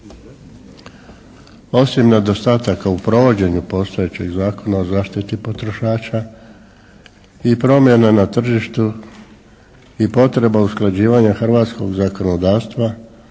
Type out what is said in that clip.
Osim nedostataka u provođenju postojećeg Zakona o zaštiti potrošača i promjena na tržištu i potreba usklađivanja hrvatskog zakonodavstva